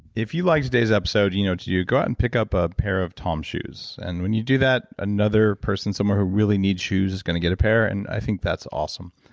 if you'd like today's episode, you know you go out and pick up a pair of toms shoes and when you do that, another person somewhere who really needs shoes is going to get a pair and i think that's awesome.